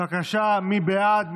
בבקשה, מי בעד?